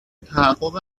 تحقق